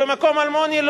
ובמקום אלמוני,